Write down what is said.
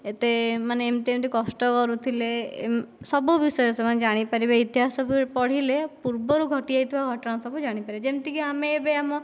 ଏତେ ମାନେ ଏମିତି ଏମିତି କଷ୍ଟ କରୁଥିଲେ ସବୁ ବିଷୟରେ ସେମାନେ ଜାଣି ପାରିବେ ଇତିହାସକୁ ପଢ଼ିଲେ ପୁର୍ବରୁ ଘଟିଯାଇଥିବା ଘଟଣା ସବୁ ଜାଣିପାରିବେ ଯେମିତି କି ଏବେ ଆମେ ଆମ